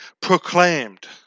proclaimed